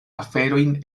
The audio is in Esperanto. aferojn